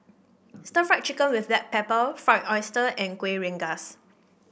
Stir Fried Chicken with Black Pepper Fried Oyster and Kuih Rengas